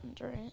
right